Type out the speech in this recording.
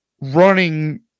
running